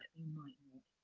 you might not.